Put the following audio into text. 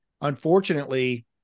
unfortunately